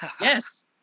Yes